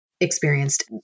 experienced